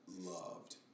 loved